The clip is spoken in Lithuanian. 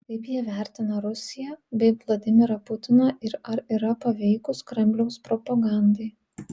kaip jie vertina rusiją bei vladimirą putiną ir ar yra paveikūs kremliaus propagandai